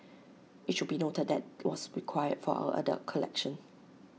IT should be noted that was acquired for our adult collection